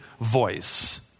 voice